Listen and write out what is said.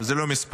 זה לא מספר,